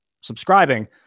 subscribing